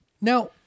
Now